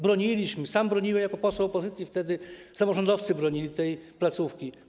Broniliśmy, sam broniłem, wtedy jako poseł opozycji, samorządowcy bronili tej placówki.